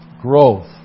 growth